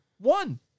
One